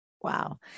Wow